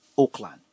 Oakland